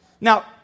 Now